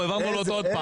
העברנו לה אותו עוד פעם.